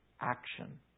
action